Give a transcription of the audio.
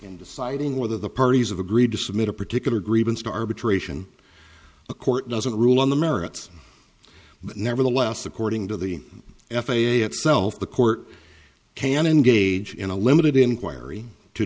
in deciding whether the parties of agreed to submit a particular grievance to arbitration a court doesn't rule on the merits but nevertheless according to the f a a itself the court can engage in a limited inquiry to